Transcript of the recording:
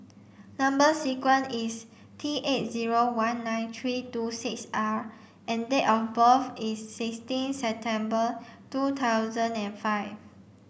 number sequence is T eight zero one nine three two six R and date of birth is sixteen September two thousand and five